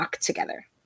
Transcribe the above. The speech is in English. together